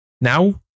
Now